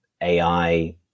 AI